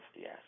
yes